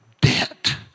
debt